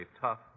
tough